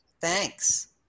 Thanks